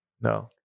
no